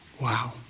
Wow